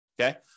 okay